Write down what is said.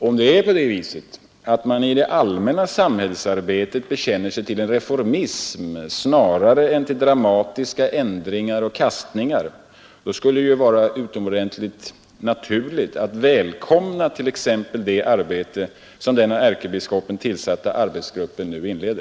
Om det är på det viset att man i det allmänna samhällsarbetet bekänner sig till en reformism snarare än till dramatiska ändringar och kastningar, skulle det väl vara ytterst naturligt att välkomna exempelvis det arbete som den av ärkebiskopen tillsatta arbetsgruppen nu inleder.